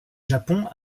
japon